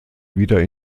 wieder